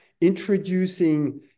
Introducing